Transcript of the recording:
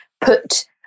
put